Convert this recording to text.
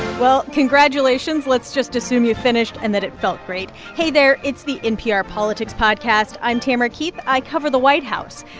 well, congratulations. let's just assume you finished and that it felt great hey, there. it's the npr politics podcast. i'm tamara keith. i cover the white house.